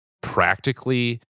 practically